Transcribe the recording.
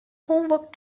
homework